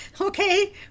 Okay